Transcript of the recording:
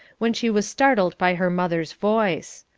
when she was startled by her mother's voice.